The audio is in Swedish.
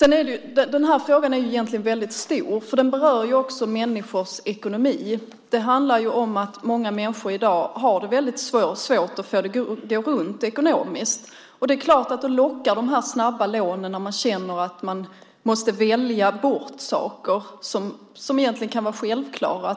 när man lånar. Frågan är egentligen väldigt stor, för den berör ju också människors ekonomi. Det handlar om att många människor i dag har väldigt svårt att få det att gå runt ekonomiskt. Det är klart att de snabba lånen lockar när man känner att man måste välja bort saker som egentligen kan vara självklara.